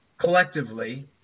collectively